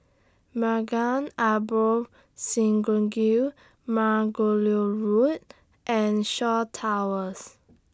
Maghain Aboth Synagogue Margoliouth Road and Shaw Towers